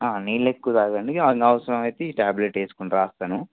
నీళ్ళు ఎక్కువ తాగండి ఏమైనా అవసరమైతే ఈ ట్యాబ్లెట్ వేసుకొండి రాస్తాను